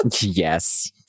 Yes